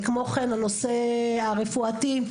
כמו כן הנושא הרפואתי,